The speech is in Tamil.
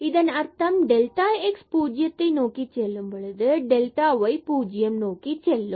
இதன் அர்த்தம் டெல்டா x பூஜ்ஜியம் நோக்கிச் செல்லும் பொழுது டெல்டா y பூஜ்ஜியம் நோக்கி செல்லும்